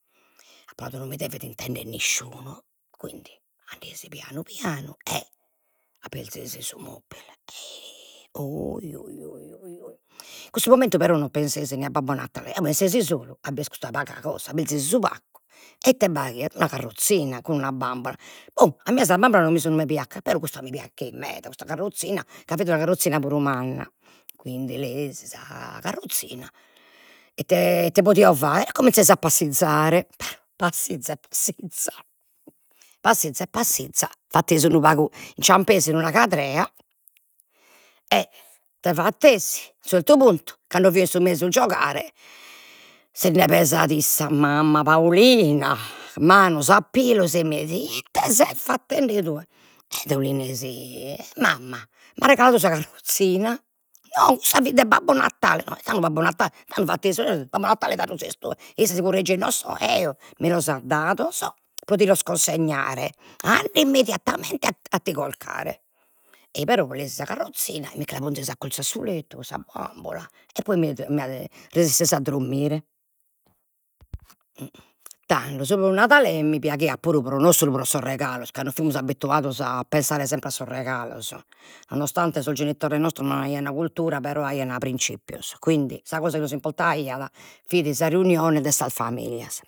Apo nadu, non mi devet intendere nisciunu, quindi andesi pianu pianu e abberzesi su mobile, ohi ohi ohi ohi ohi cussu momentu però non pensesi nè a Babbo Natale, eo pensesi solu a bider custa paga cosa, aberzesi su paccu e ite b'aiat, una carrozzina, cun una bambola, ò a mie sas bambolas non mi sun mai piachidas però custa mi piacheit meda custa carrozzina, ca fit una carrozzina puru manna, quindi leesi sa carrozzina e ite ite podio fagher, e cominzesi a passizare passiz passiza e passiza fatesi unu pagu, inciampesi unu pagu in una cadrea e ite fatesi, a unu zertu puntu, cando fio in su mezus giogare sinde pesat issa, mamma Paulina, manos a pilos e neit, ite ses fatende tue? Ed eo li nesi, mamma m'as regaladu sa carrozzina, no cussa fit de Babbo Natale, ma tando Babbo Natale, tando fattesi Babbo Natale tando ses tue, e issa si curreggeit, mi los at dados pro ti los cunsignare, anda immediatamente a ti colcare, e però leesi sa carrozzina, micche la ponzesi accurzu a su lettu, con sa bambola, e poi mi resessesi a drommire. Tando su Nadale mi piaghiat puru non solu pro sos regalos, ca non fimus abbituados a pensare sempre a sos regalos, nonostante sos genitores nostros no aian cultura però aian prinzipios, quindi sa cosa chi pius importaiat fit sa riunione de sas familias